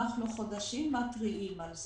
אנחנו חודשים מתריעים על זה.